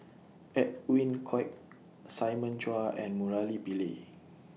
Edwin Koek Simon Chua and Murali Pillai